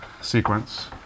sequence